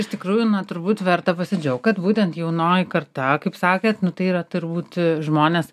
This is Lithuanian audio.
iš tikrųjų na turbūt verta pasidžiaugt kad būtent jaunoji karta kaip sakant nu tai yra turbūt žmonės